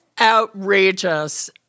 Outrageous